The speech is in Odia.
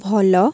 ଭଲ